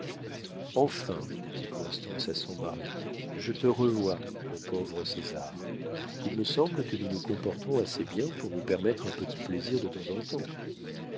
enfin dit constance à son mari je te revois mon pauvre césar il me semble que nous nous comportons assez bien pour nous permettre un petit plaisir de temps en temps